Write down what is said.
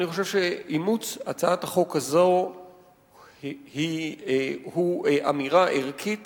אימוץ הצעת החוק הזאת הוא אמירה ערכית